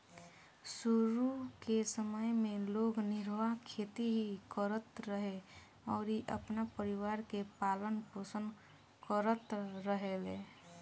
शुरू के समय में लोग निर्वाह खेती ही करत रहे अउरी अपना परिवार के पालन पोषण करत रहले